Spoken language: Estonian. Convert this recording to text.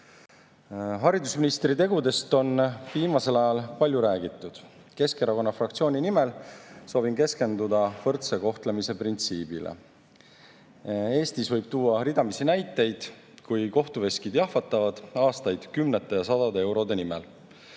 Haridusministri tegudest on viimasel ajal palju räägitud. Keskerakonna fraktsiooni nimel soovin keskenduda võrdse kohtlemise printsiibile. Eestis võib tuua ridamisi näiteid, kui kohtuveskid jahvatavad aastaid kümnete ja sadade eurode nimel.